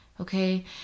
Okay